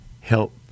help